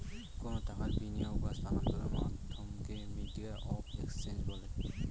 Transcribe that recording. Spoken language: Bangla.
কোনো টাকার বিনিয়োগ বা স্থানান্তরের মাধ্যমকে মিডিয়াম অফ এক্সচেঞ্জ বলে